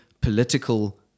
political